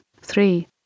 three